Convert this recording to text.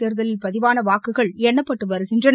தேர்தலில் பதிவான வாக்குகள் எண்ணப்பட்டு வருகின்றன